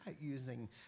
using